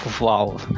Wow